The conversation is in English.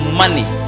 money